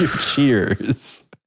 cheers